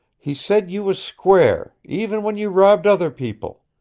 he said you was square, even when you robbed other people.